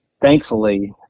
Thankfully